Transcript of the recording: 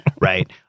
right